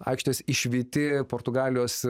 aikštės išvyti portugalijos